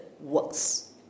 works